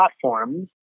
platforms